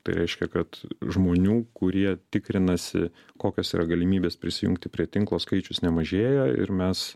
tai reiškia kad žmonių kurie tikrinasi kokios yra galimybės prisijungti prie tinklo skaičius nemažėja ir mes